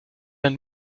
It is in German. ein